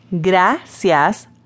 Gracias